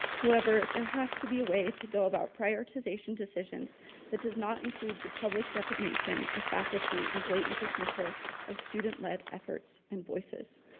however, there has to be a way to go about prioritization decisions that does not include the public defamation of faculties and blatant dismissal of student-led efforts and voices.